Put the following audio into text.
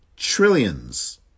trillions